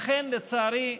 לכן, לצערי,